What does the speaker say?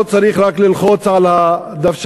לא צריך רק ללחוץ על הדוושה,